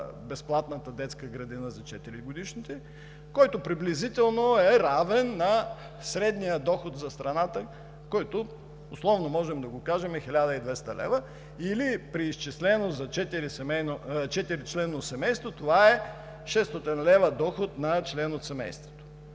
безплатната детска градина за 4-годишните, който приблизително е равен на средния доход за страната, който условно можем да кажем, че е 1200 лв., или преизчислен за четиричленно семейство, е 600 лв. доход на член от семейството.